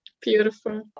Beautiful